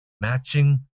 matching